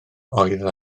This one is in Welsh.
oedd